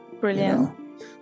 Brilliant